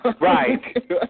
Right